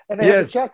Yes